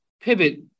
pivot